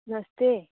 नमस्ते